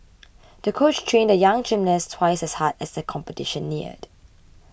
the coach trained the young gymnast twice as hard as the competition neared